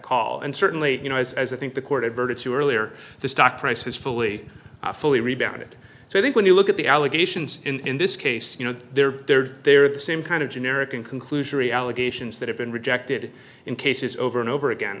call and certainly you know as as i think the court adverted to earlier the stock price has fully fully rebounded so i think when you look at the allegations in this case you know they're there they're the same kind of generic and conclusionary allegations that have been rejected in cases over and over again